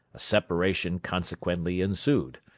a separation consequently ensued.